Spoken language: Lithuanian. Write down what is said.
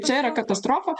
čia yra katastrofa